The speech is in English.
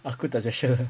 bukan apa yang special